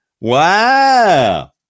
Wow